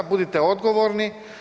Budite odgovorni.